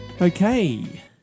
Okay